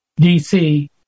DC